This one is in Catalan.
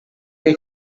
que